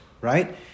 right